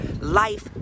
life